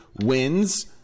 wins